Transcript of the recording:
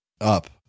Up